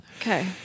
Okay